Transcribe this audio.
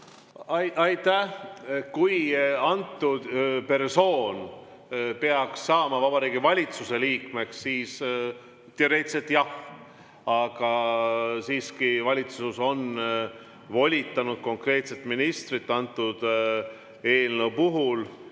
Aitäh! Kui antud persoon peaks saama Vabariigi Valitsuse liikmeks, siis teoreetiliselt jah. Aga siiski on valitsus volitanud konkreetset ministrit antud eelnõu